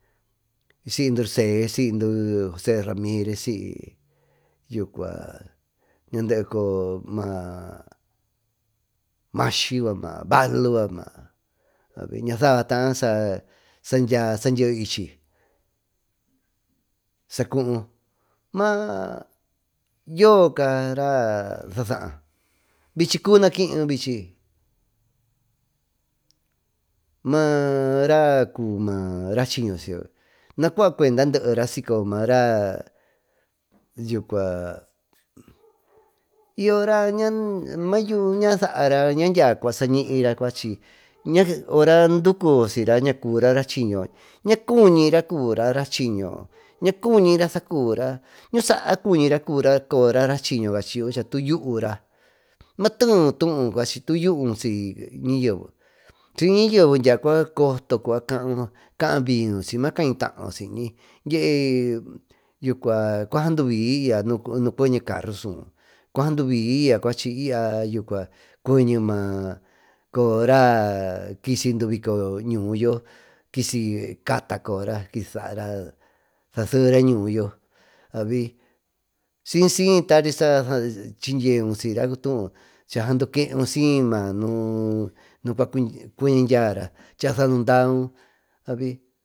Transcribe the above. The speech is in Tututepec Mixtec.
Siy druu see siydy jose ramirez siy coyoo maa maasyi yucua maa balu yucua ñasaba taá sadyeeyo i chi saa cuú maa yoo cara sa saá vichi cubi nakiyo vichy maa raa cubi raaschiño nacua cuenda deera si coyo maa raa yucua y yo raa ñaa dyacua sañiyra cuachi saacuba docuyo siyra saa cubira raschiño raa cuñira cubira raschiño naa cunyra sacubira ñu saa cuñi cubira raschiño tu yuura mateeyo tuú yuun syi ñayeve syi ñayeve cotocuva caau caa blusiyñy maa cñi taaún si yñi dyiee cua saanduvi y yo nuu cuente carro su cua sandu voy y ya cuachy cuene maa coyora kisi maa bico ñuu yo kisi cata coyora kisi saa seera ñuuyo abi sysy tarisa chindyeu siyra chaa saandu keeu siy chaa saandú daaú abi.